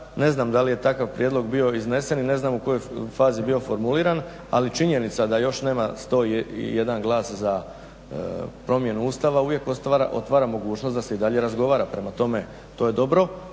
ne znam dali je takav prijedlog bio iznesen i ne znam u kojoj fazi je bio formuliran ali činjenica da još nema 101 glas za promjenu Ustava uvijek postoji mogućnost da se i dalje razgovara. Prema tome, to je dobro